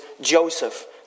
Joseph